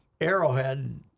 Arrowhead